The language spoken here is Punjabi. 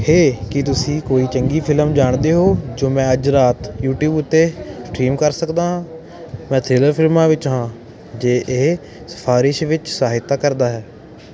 ਹੇ ਕੀ ਤੁਸੀਂ ਕੋਈ ਚੰਗੀ ਫਿਲਮ ਜਾਣਦੇ ਹੋ ਜੋ ਮੈਂ ਅੱਜ ਰਾਤ ਯੂਟਿਊਬ ਉੱਤੇ ਸਟ੍ਰੀਮ ਕਰ ਸਕਦਾ ਹਾਂ ਮੈਂ ਥ੍ਰਿਲਰ ਫਿਲਮਾਂ ਵਿੱਚ ਹਾਂ ਜੇ ਇਹ ਸਿਫਾਰਸ਼ ਵਿੱਚ ਸਹਾਇਤਾ ਕਰਦਾ ਹੈ